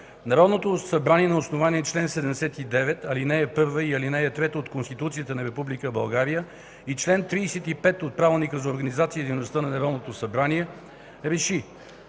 Народното събрание на основание чл. 79, ал. 1 и ал. 3 от Конституцията на Република България и чл. 35 от Правилника за организацията и дейността на Народното събрание РЕШИ: